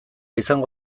izango